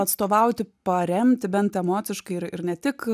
atstovauti paremti bent emociškai ir ir ne tik